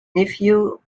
nephew